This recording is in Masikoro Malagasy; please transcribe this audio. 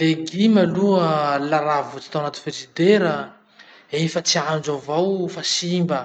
Leguma aloha la raha avototsy tao anaty frizidera. Efatsy andro avao fa simba,